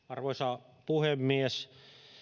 arvoisa puhemies